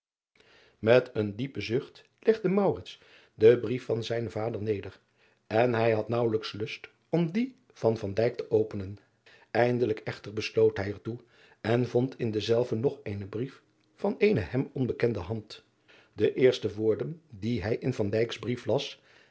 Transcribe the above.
et een diepen zucht legde den brief van zijnen vader neder en hij had naauweliiks lust om dien van te openen indelijk echter besloot hij er toe en vond in denzelven nog eenen brief van eene hem onbekende hand e eerste woorden die hij in brief las